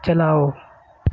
چلاؤ